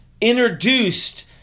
introduced